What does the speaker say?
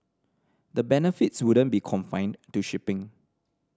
the benefits wouldn't be confined to shipping